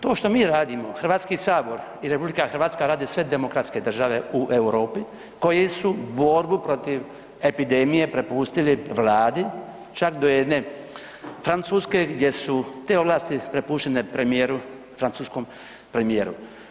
To što mi radimo, HS i RH, rade sve demokratske države u Europi koje su borbu protiv epidemije prepustili vladi, čak do jedne Francuske gdje su te ovlasti prepuštene premijeru, francuskom premijeru.